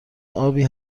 آبی